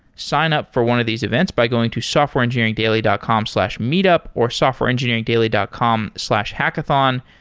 sign up for one of these events by going to softwareengineeringdaily dot com slash meetup, or softwareengineeringdaily dot com slash hackathon.